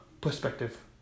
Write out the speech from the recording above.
perspective